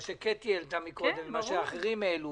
מה שקטי שטרית העלתה קודם ומה שאחרים העלו,